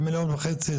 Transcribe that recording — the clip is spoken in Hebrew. זה מיליון וחצי,